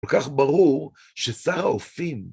כל כך ברור ששר האופים